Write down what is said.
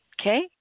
okay